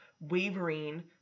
wavering